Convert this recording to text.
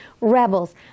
rebels